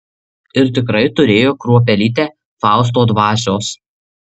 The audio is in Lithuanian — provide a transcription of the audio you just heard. ir tikrai turėjo kruopelytę fausto dvasios